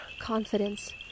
confidence